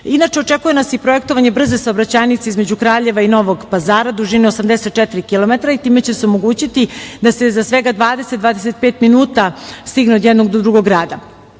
očekuje nas i projektovanje saobraćajnice između Kraljeva i Novog Pazara, dužine 84 km. Time će se omogućiti da se za svega 20, 25 minuta stigne od jednog do drugog grada. Sva